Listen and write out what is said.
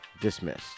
dismissed